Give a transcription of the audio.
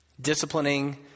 disciplining